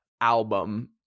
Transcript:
album